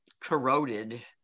corroded